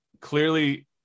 Clearly